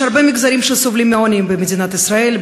יש הרבה מגזרים שסובלים מעוני במדינת ישראל,